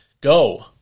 Go